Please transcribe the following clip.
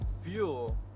fuel